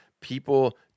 People